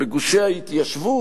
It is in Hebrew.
בגושי ההתיישבות.